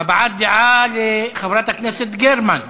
הבעת דעה לחברת הכנסת גרמן.